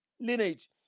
lineage